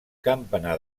campanar